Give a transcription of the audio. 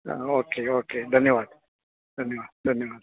okay okay धन्यवाद धन्यवाद धन्यवाद